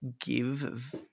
give